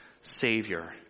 Savior